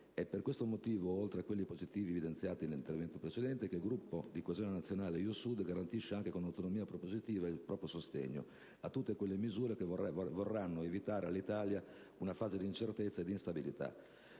Per questo motivo, oltre agli elementi positivi evidenziati nel mio intervento, il Gruppo di Coesione Nazionale-Io Sud garantisce, anche con autonomia propositiva, il proprio sostegno a tutte quelle misure che vorranno evitare all'Italia una fase di incertezza e di instabilità;